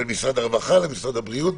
בין משרד הרווחה למשרד הבריאות,